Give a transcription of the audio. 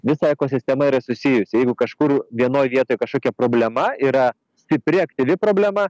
visa ekosistema yra susijusi jeigu kažkur vienoj vietoj kažkokia problema yra stipri aktyvi problema